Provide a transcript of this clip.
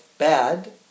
Bad